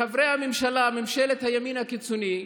חברי הממשלה, ממשלת הימין הקיצוני,